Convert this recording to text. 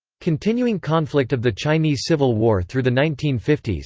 continuing conflict of the chinese civil war through the nineteen fifty s,